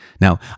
Now